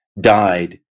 died